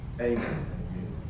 Amen